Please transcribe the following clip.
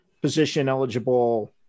position-eligible